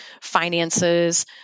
finances